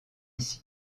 ici